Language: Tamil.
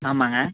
ஆமாம்ங்க